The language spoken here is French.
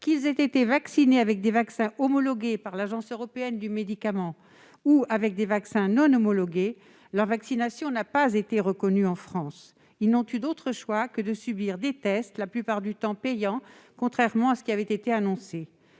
qu'ils l'aient été avec des vaccins homologués par l'Agence européenne des médicaments ou avec des vaccins non homologués, leur vaccination n'a pas été reconnue en France. Ils n'ont eu d'autre choix que de subir des tests, la plupart du temps payants, contrairement à ce qui avait été annoncé.